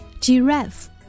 Giraffe